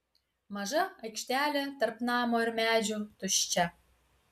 maža aikštelė tarp namo ir medžių tuščia